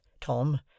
Tom